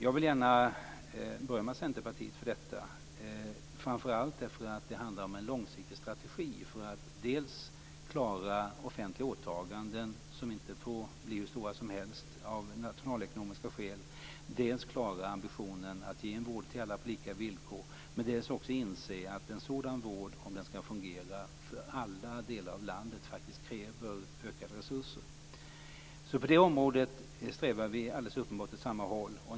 Jag vill alltså gärna berömma Centerpartiet, framför allt därför att det handlar om en långsiktig strategi för att dels klara offentliga åtaganden, som av nationalekonomiska skäl inte får bli hur stora som helst, dels klara ambitionen att ge vård till alla på lika villkor, dels inse att en sådan vård, om den skall fungera för alla delar av landet, faktiskt kräver ökade resurser. På det området strävar vi alltså alldeles uppenbart åt samma håll.